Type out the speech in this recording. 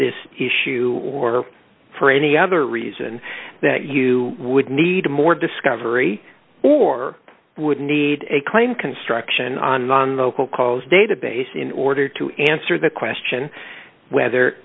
this issue or for any other reason that you would need more discovery or would need a claim construction on non local calls database in order to answer the question whether